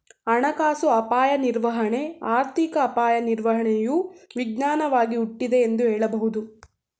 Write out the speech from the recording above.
ಹಣಕಾಸು ಅಪಾಯ ನಿರ್ವಹಣೆ ಆರ್ಥಿಕ ಅಪಾಯ ನಿರ್ವಹಣೆಯು ವಿಜ್ಞಾನವಾಗಿ ಹುಟ್ಟಿದೆ ಎಂದು ಹೇಳಬಹುದು